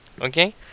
okay